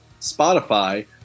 spotify